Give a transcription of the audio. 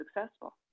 successful